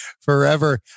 forever